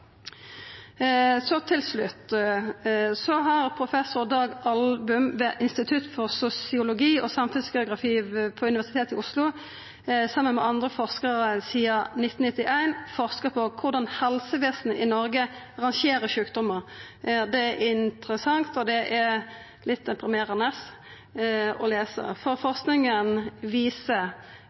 Til slutt: Professor Dag Album ved Institutt for sosiologi og samfunnsgeografi på Universitetet i Oslo har, saman med andre forskarar, sidan 1991 forska på korleis helsevesenet i Noreg rangerer sjukdomar. Det er interessant – og det er litt deprimerande å lesa – for forskinga viser